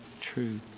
true